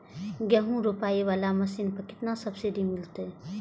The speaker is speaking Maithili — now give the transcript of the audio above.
गेहूं रोपाई वाला मशीन पर केतना सब्सिडी मिलते?